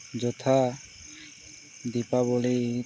ଯଥା ଦୀପାବଳି